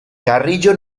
carrillo